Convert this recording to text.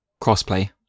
Crossplay